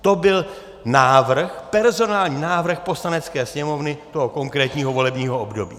To byl personální návrh Poslanecké sněmovny toho konkrétního volebního období.